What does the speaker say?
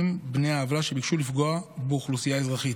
בני העוולה שביקשו לפגוע באוכלוסייה אזרחית.